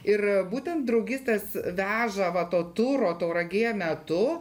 ir būtent draugystės veža va to turo tauragėje metu